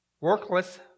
Workless